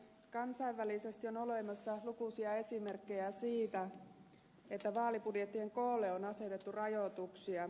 kansainvälisesti on olemassa lukuisia esimerkkejä siitä että vaalibudjettien koolle on asetettu rajoituksia